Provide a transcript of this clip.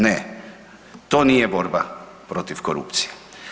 Ne, to nije borba protiv korupcije.